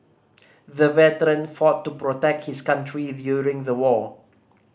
the veteran fought to protect his country during the war